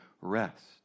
rest